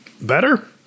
Better